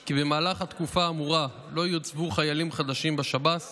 כי במהלך התקופה האמורה לא יוצבו חיילים חדשים בשב"ס